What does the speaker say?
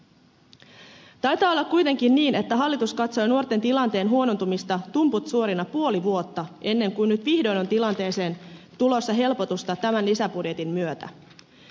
taitaa olla kuitenkin niin että hallitus katsoi nuorten tilanteen huonontumista tumput suorina puoli vuotta ennen kuin vihdoin on tilanteeseen tulossa helpotusta tämän lisäbudjetin myötä